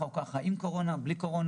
שקורים גם ככה וגם ככה עם קורונה ובלי קורונה,